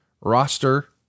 roster